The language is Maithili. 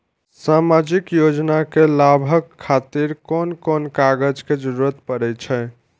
सामाजिक योजना के लाभक खातिर कोन कोन कागज के जरुरत परै छै?